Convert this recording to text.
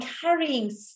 carrying